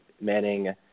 Manning